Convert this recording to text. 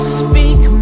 speak